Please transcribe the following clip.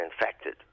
infected